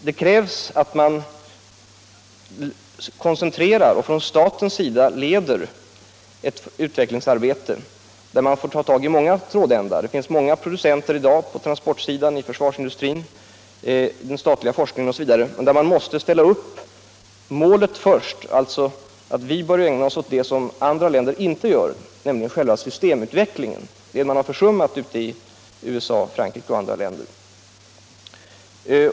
Det krävs att man koncentrerar och från statens sida leder ett utvecklingsarbete, där man griper tag i många olika trådändar. Vi har i dag många producenter på transportsidan — i försvarsindustrin, i den statliga forskningen osv. —- där man måste ställa upp målet att vi i första hand bör ägna oss åt det som andra länder inte ägnar sig åt, nämligen själva systemutvecklingen. Det är den saken som har försummats i USA, Frankrike och andra länder.